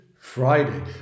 friday